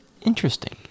Interesting